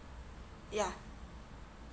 yeah